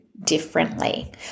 differently